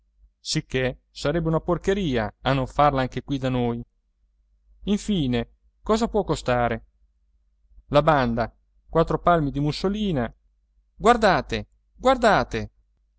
sicché sarebbe una porcheria a non farla anche qui da noi infine cosa può costare la banda quattro palmi di mussolina guardate guardate